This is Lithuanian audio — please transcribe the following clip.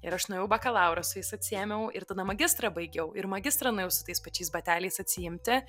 ir aš nuėjau bakalaurą su jais atsiėmiau ir tada magistrą baigiau ir magistrą nuėjau su tais pačiais bateliais atsiimti